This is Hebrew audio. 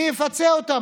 מי יפצה אותם?